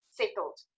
settled